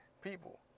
people